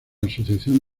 asociación